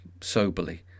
soberly